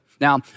Now